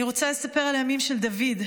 אני רוצה לספר על הימים של דוד,